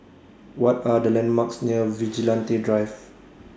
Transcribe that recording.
What Are The landmarks near Vigilante Drive